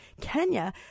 Kenya